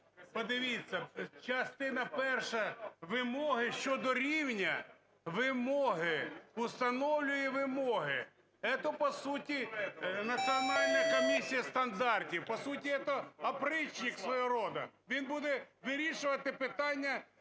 Подивіться. Частина перша – вимоги щодо рівня. Вимоги, установлює вимоги. Це, по суті, Національна комісія стандартів - по суті це опричник свого роду. Він буде вирішувати питання,